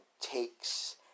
takes